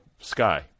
sky